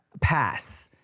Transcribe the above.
Pass